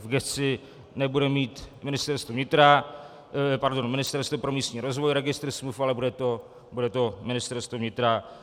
Gesci nebude mít Ministerstvo vnitra, pardon, Ministerstvo pro místní rozvoj registr smluv, ale bude to Ministerstvo vnitra.